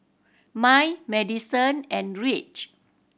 Mai Madison and Reece